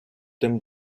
them